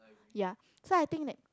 ya so I think that